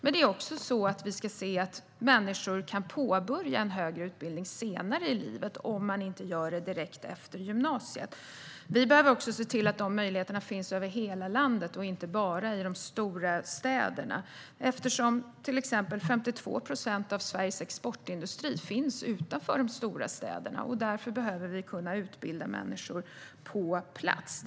Vi ska också se till att människor som inte påbörjar en högre utbildning direkt efter gymnasiet kan göra det senare i livet. Vi behöver också se till att dessa möjligheter finns över hela landet och inte bara i de stora städerna. Det är till exempel så att 52 procent av Sveriges exportindustri finns utanför de stora städerna, och därför behöver vi kunna utbilda människor på plats.